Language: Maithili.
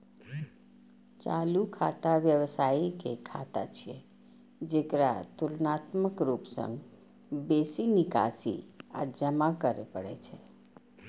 चालू खाता व्यवसायी के खाता छियै, जेकरा तुलनात्मक रूप सं बेसी निकासी आ जमा करै पड़ै छै